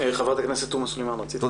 חברת הכנסת תומא סלימאן, רצית להתייחס?